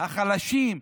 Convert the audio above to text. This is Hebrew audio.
החלשים,